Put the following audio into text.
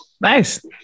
Nice